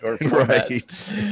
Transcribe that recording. right